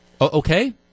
Okay